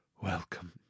Welcome